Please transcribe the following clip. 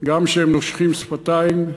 גם כשהם נושכים שפתיים,